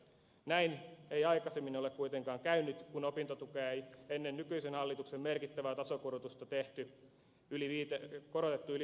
näin ei aikaisemmin ole kuitenkaan käynyt kun opintotukea ei korotettu ennen nykyisen hallituksen merkittävää tasokorotusta yli viiteentoista vuoteen